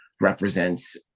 represents